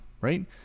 right